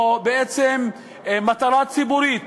או בעצם מטרה ציבורית,